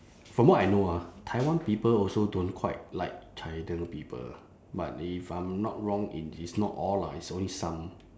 from what I know ah taiwan people also don't quite like china people but if I'm not wrong it is not all lah it's only some